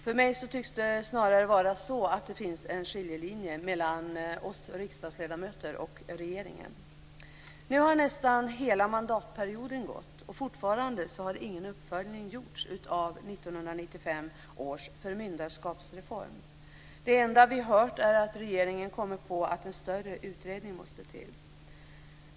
För mig tycks det snarare vara så att det finns en skiljelinje mellan oss riksdagsledamöter och regeringen. Nu har nästan hela mandatperioden gått, och fortfarande har ingen uppföljning gjorts av 1995 års förmyndarskapsreform. Det enda vi hört är att regeringen kommit på att en större utredning måste till.